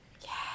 Yes